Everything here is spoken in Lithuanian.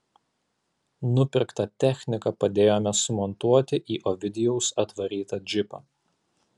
nupirktą techniką padėjome sumontuoti į ovidijaus atvarytą džipą